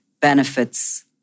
benefits